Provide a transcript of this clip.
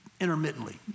intermittently